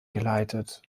geleitet